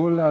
varje år.